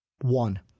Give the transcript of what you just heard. One